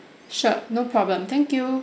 sure no problem thank you